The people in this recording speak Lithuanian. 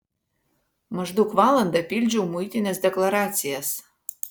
maždaug valandą pildžiau muitinės deklaracijas